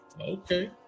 Okay